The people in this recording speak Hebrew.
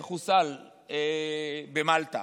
חוסל במלטה.